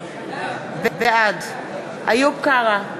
בעד איוב קרא,